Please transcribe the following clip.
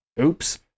oops